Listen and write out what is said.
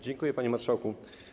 Dziękuję, panie marszałku.